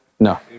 No